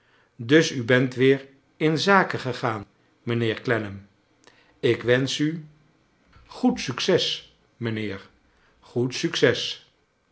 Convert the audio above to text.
dus u bent weer in zaken gegaan mijnheer clennam ik wensch u goed succes mijnheer goed succes